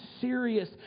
serious